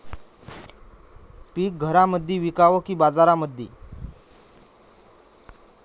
पीक घरामंदी विकावं की बाजारामंदी?